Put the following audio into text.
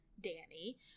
Danny